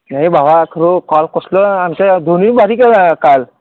नाही भावा खरं काल कसलं आमच्या धोनीही भारी खेळला काल